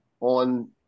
on